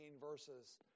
verses